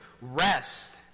rest